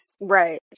right